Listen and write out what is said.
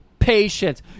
Patience